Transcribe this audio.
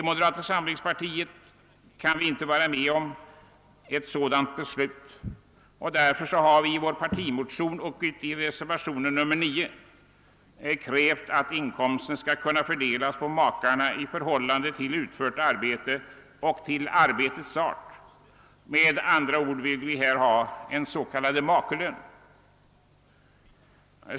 Moderata samlingspartiet kan inte vara med om ett sådant beslut, och därför har vi i vår partimotion och i reservationen 9 krävt, att inkomsten skall kunna fördelas på makarna i förhållande till utfört arbete och till arbetets art; vi vill med andra ord ha en så kallad makelön.